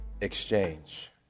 Exchange